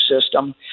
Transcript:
system